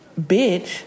bitch